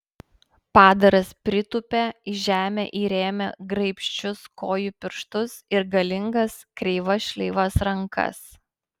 padaras pritūpė į žemę įrėmė graibščius kojų pirštus ir galingas kreivas šleivas rankas